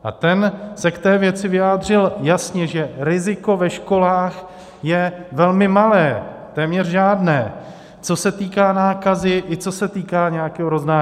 A ten se k té věci vyjádřil jasně, že riziko ve školách je velmi malé, téměř žádné, co se týká nákazy i co se týká nějakého roznášení.